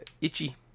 itchy